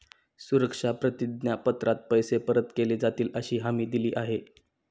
सुरक्षा प्रतिज्ञा पत्रात पैसे परत केले जातीलअशी हमी दिली आहे